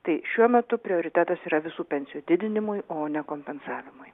tai šiuo metu prioritetas yra visų pensijų didinimui o ne kompensavimui